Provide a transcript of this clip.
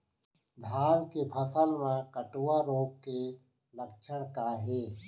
धान के फसल मा कटुआ रोग के लक्षण का हे?